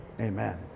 amen